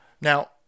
Now